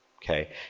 Okay